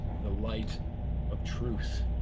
the light of truth.